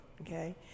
Okay